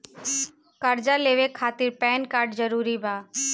कर्जा लेवे खातिर पैन कार्ड जरूरी बा?